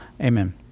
amen